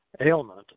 ailment